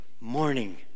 morning